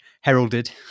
heralded